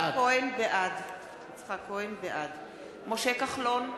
בעד משה כחלון,